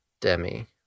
Demi